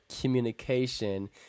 communication